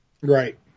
Right